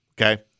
Okay